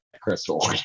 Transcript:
crystal